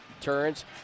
turns